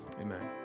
Amen